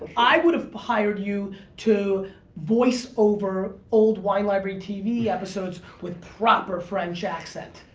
i would've hired you to voice over old wine library tv episodes with proper french accent.